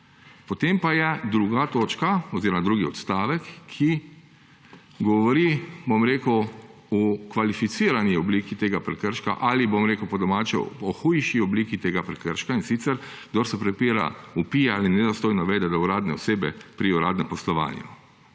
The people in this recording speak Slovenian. Potem pa je drugi odstavek, ki govori o kvalificirani obliki tega prekrška ali, bom rekel po domače, hujši obliki tega prekrška; in sicer kdor se prepira, vpije ali nedostojno vede do uradne osebe pri uradnem poslovanju,